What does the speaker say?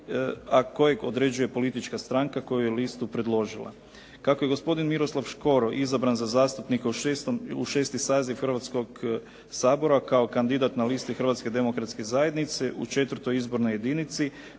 a kojeg određuje politička stranka koja je listu predložila. Kako je gospodin Miroslav Škoro izabran za zastupnika u 6. saziv Hrvatskoga sabora kao kandidat na listi Hrvatske demokratske zajednice u 4. Izbornoj jedinici